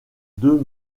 deux